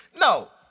No